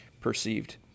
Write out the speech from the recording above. perceived